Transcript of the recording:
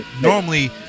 normally